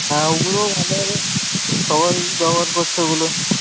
হ্যাঁ ওগুলোও ভালো হবে সবাই ব্যবহার করছে ওগুলো